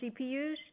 CPUs